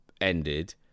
ended